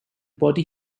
body